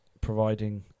providing